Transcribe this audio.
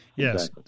Yes